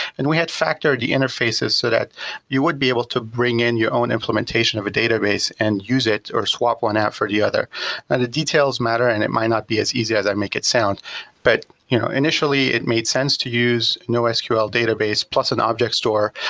and we had factored the interfaces so that you would be able to bring in your own implementation of a database and use it or swap one out for the other. the details matter and it might not be as easy as i make it sound but, you know, initially, it made sense to use nosql database plus an object store,